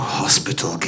hospital